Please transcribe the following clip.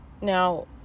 Now